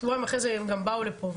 שבועיים אחרי זה הם גם באו לפה.